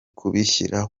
kubishyira